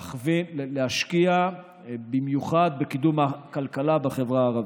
להשקיע במיוחד בקידום הכלכלה בחברה הערבית.